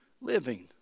living